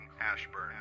Ashburn